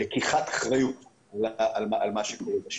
לקיחת אחריות על מה שקורה בשטח.